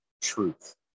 truth